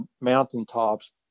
mountaintops